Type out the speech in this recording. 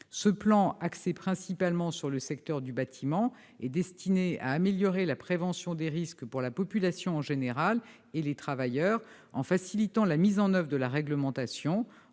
Ce plan, axé principalement sur le secteur du bâtiment, est destiné à améliorer la prévention des risques à destination de la population en général et des travailleurs en particulier, en facilitant la mise en oeuvre de la réglementation,